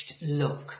look